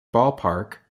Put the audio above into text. ballpark